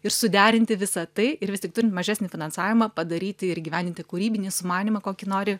ir suderinti visa tai ir vis tik turint mažesnį finansavimą padaryti ir įgyvendinti kūrybinį sumanymą kokį nori